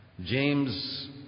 James